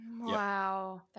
wow